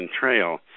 Trail